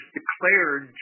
declared